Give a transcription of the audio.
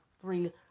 three